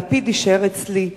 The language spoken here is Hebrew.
הלפיד יישאר אצלי.